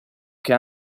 che